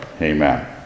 Amen